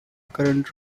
current